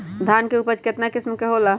धान के उपज केतना किस्म के होला?